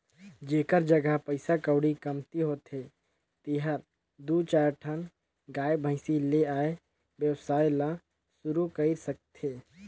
जेखर जघा पइसा कउड़ी कमती होथे तेहर दू चायर ठन गाय, भइसी ले ए वेवसाय ल सुरु कईर सकथे